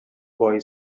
boy